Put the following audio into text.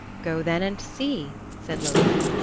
go, then, and see, said loki.